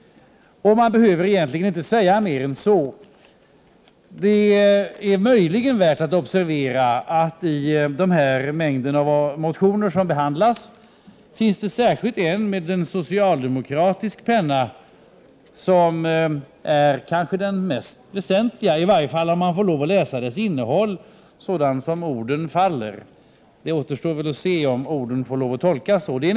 Man behöver egentligen inte säga mer än detta. Det är möjligen värt att observera att det i mängden av motioner som behandlas finns en som har skrivits med socialdemokratisk penna. Den motionen är kanske den mest väsentliga, åtminstone om man får lov att läsa innehållet så som orden har fallit. Det återstår väl att se hur orden får tolkas.